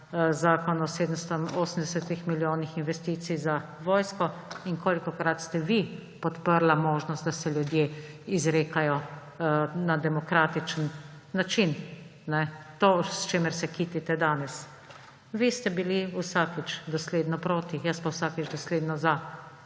zakon o 780 milijonih investicij za vojsko; in kolikokrat ste vi podprli možnost, da se ljudje izrekajo na demokratičen način, to, s čimer se kitite danes. Vi ste bili vsakič dosledno proti, jaz pa vsakič dosledno za.